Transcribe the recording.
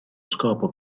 scopo